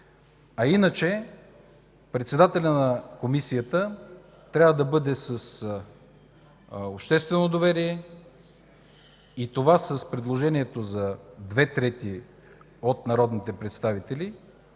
А иначе председателят на Комисията трябва да бъде с обществено доверие. И това с предложението за две трети от народните представители,